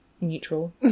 neutral